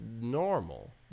normal